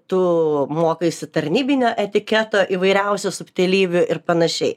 tu mokaisi tarnybinio etiketo įvairiausių subtilybių ir panašiai